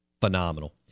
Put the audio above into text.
phenomenal